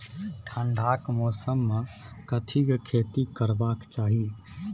ठंडाक मौसम मे कथिक खेती करबाक चाही?